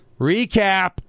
Recap